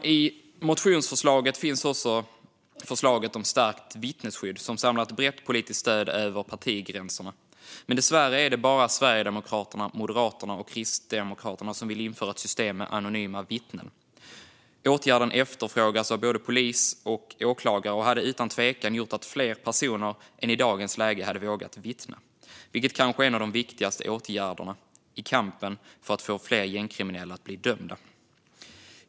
Bland motionsförslagen finns också förslaget om stärkt vittnesskydd, som samlat brett politiskt stöd över partigränserna. Dessvärre är det bara Sverigedemokraterna, Moderaterna och Kristdemokraterna som vill införa ett system med anonyma vittnen. Åtgärden efterfrågas av både polis och åklagare och hade utan tvekan gjort att fler personer än i dagens läge hade vågat vittna, vilket är en av de viktigaste åtgärderna i kampen för att fler gängkriminella ska bli dömda.